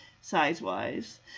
size-wise